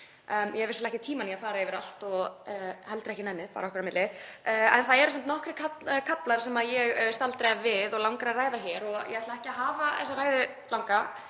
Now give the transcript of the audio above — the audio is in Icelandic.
ég hef vissulega ekki tíma í að fara yfir allt og heldur ekki nennu, svona bara okkar á milli, en það eru samt nokkrir kaflar sem ég staldra við og langar að ræða hér. Ég ætla ekki að hafa þessa ræðu langa